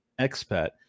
expat